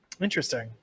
interesting